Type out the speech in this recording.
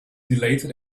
dilated